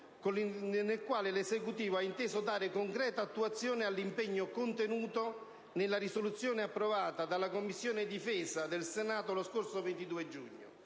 il quale l'Esecutivo ha inteso dare concreta attuazione all'impegno contenuto nella risoluzione approvata all'unanimità dalla Commissione difesa del Senato lo scorso 22 giugno,